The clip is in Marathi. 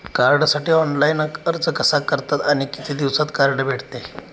कार्डसाठी ऑनलाइन अर्ज कसा करतात आणि किती दिवसांत कार्ड भेटते?